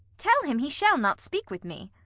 tell him he shall not speak with me.